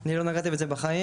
אני לא נגעתי בזה בחיים.